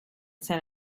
san